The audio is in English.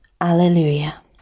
Alleluia